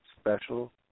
special